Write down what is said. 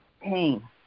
pain